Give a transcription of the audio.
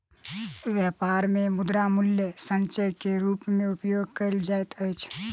व्यापार मे मुद्रा मूल्य संचय के रूप मे उपयोग कयल जाइत अछि